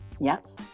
Yes